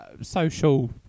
social